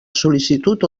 sol·licitud